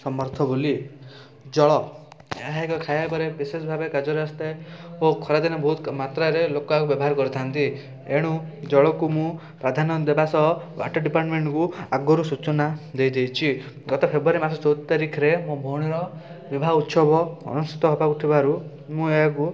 ସମର୍ଥ ବୋଲି ଜଳ ଏହା ଏକ ଖାଇବାପରେ ବିଶେଷ ଭାବେ କାର୍ଯ୍ୟରେ ଆସିଥାଏ ଓ ଖରାଦିନେ ବହୁତ ମାତ୍ରାରେ ଲୋକ ଏହାକୁ ବ୍ୟବହାର କରିଥାଆନ୍ତି ଏଣୁ ଜଳକୁ ମୁଁ ପ୍ରାଧାନ୍ୟ ଦେବା ସହ ୱାଟର୍ ଡିପାର୍ଟମେଣ୍ଟ୍କୁ ଆଗରୁ ସୂଚନା ଦେଇଦେଇଛି ଗତ ଫେବୃୟାରୀ ମାସ ଚଉଦ ତାରିଖରେ ମୋ ଭଉଣୀର ବିବାହ ଉତ୍ସବ ଅନୁଷ୍ଠିତ ହେବାକୁ ଥିବାରୁ ମୁଁ ଏହାକୁ